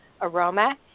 aroma